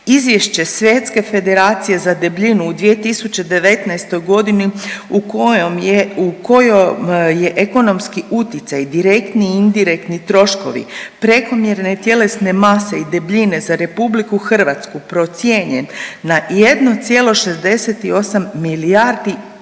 Izvješće Svjetske Federacije za debljinu u 2019.g. u kojom je, u kojoj je ekonomski utjecaj, direktni i indirektni troškovi prekomjerne tjelesne mase i debljine za RH procijenjen na 1,68 milijardi